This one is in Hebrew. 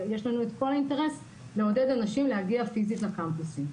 יש לנו כל האינטרס לעודד אנשים להגיע פיסית לקמפוסים.